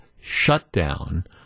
shutdown